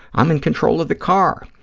i'm in control of the car.